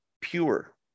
pure